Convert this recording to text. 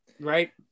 right